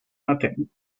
nothing